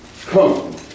come